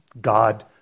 God